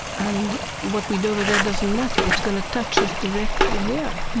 and what we do over there doesn't matter. it's going to touch us directly here.